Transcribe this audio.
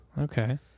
Okay